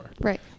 right